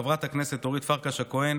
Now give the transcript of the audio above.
חברת הכנסת אורית פרקש הכהן,